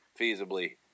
feasibly